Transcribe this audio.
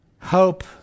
Hope